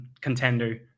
contender